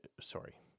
sorry